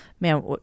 man